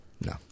No